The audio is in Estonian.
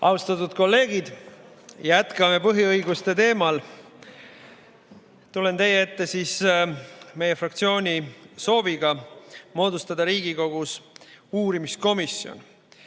Austatud kolleegid! Jätkame põhiõiguste teemal. Tulen teie ette meie fraktsiooni sooviga moodustada Riigikogus uurimiskomisjon.